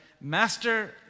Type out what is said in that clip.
master